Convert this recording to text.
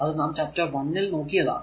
അത് നാം ചാപ്റ്റർ 1 ൽ നോക്കിയതാണ്